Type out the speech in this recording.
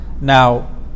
Now